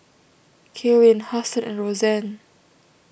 Kaelyn Huston and Rosann